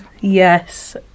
Yes